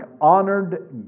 honored